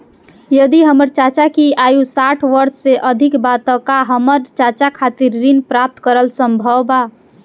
यदि हमर चाचा की आयु साठ वर्ष से अधिक बा त का हमर चाचा खातिर ऋण प्राप्त करल संभव बा